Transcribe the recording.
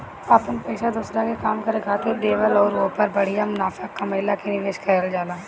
अपन पइसा दोसरा के काम करे खातिर देवल अउर ओहपर बढ़िया मुनाफा कमएला के निवेस कहल जाला